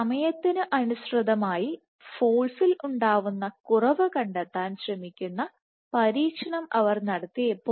സമയത്തിന് അനുസൃതമായി ഫോഴ്സിൽ ഉണ്ടാവുന്ന കുറവ് കണ്ടെത്താൻ ശ്രമിക്കുന്ന പരീക്ഷണം അവർ നടത്തിയപ്പോൾ